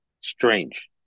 strange